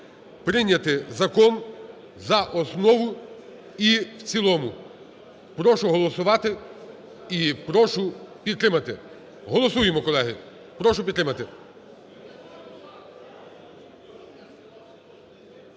прийняти закон за основу і в цілому. Прошу голосувати і прошу підтримати. Голосуємо, колеги. Прошу підтримати.